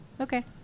Okay